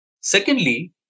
Secondly